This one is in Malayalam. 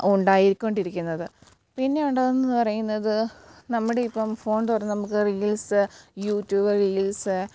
ഉണ്ടായിക്കൊണ്ടിരിക്കുന്നത് പിന്നെ ഉണ്ടാകുന്നതെന്ന് പറയുന്നത് നമ്മുടെ ഇപ്പം ഫോൺ തുറന്നാൽ നമുക്ക് റീൽസ്സ് യൂറ്റൂബ് റീൽസ്സ്